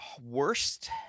worst